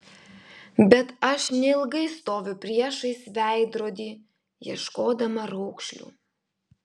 bet aš neilgai stoviu priešais veidrodį ieškodama raukšlių